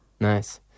Nice